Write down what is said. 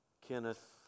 Kenneth